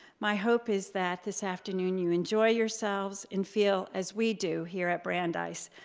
my hope is that this afternoon you enjoy yourselves and feel as we do here at brandeis,